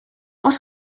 what